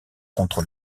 contre